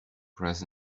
press